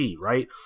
right